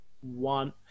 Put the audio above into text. one